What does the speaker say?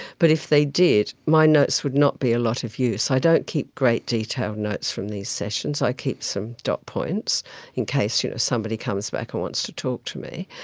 but if they did, my notes would not be a lot of use. i don't keep great detailed notes from these sessions. i keep some dot-points in case you know somebody comes back and wants to talk to me.